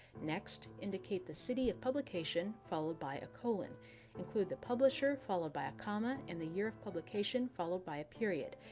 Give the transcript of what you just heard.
next, indicate the city of publication, followed by a colon include the publisher, followed by a comma and the year of publication, followed by a period.